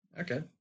Okay